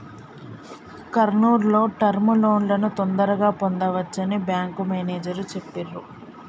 కర్నూల్ లో టర్మ్ లోన్లను తొందరగా పొందవచ్చని బ్యేంకు మేనేజరు చెప్పిర్రు